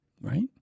Right